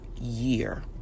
year